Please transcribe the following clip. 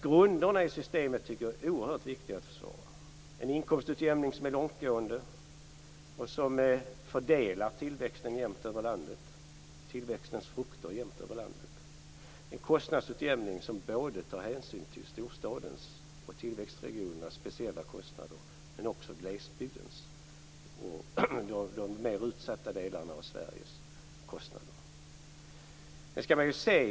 Grunderna i systemet är oerhört viktiga att försvara: en inkomstutjämning som är långtgående och som fördelar tillväxtens frukter jämnt över landet, en kostnadsutjämning som tar hänsyn till både storstadens och tillväxtregionernas speciella kostnader och glesbygdens kostnader samt kostnaderna för de mer utsatta delarna av Sverige.